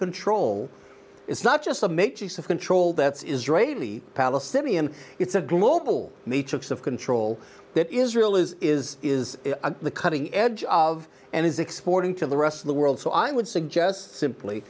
control it's not just a matrix of control that's israeli palestinian it's a global reach of control that israel is is is the cutting edge of and is exporting to the rest of the world so i would suggest simply